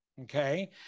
Okay